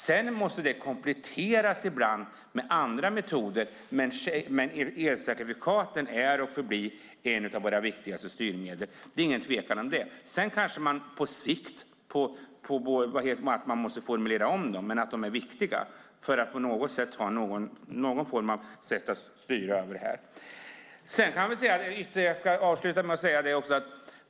Sedan måste de ibland kompletteras med andra metoder, men elcertifikaten är och förblir ett av våra viktigaste styrmedel; det är ingen tvekan om det. Sedan kanske man på sikt måste formulera om dem, men de är viktiga för att man på något sätt ska kunna styra.